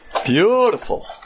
Beautiful